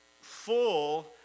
full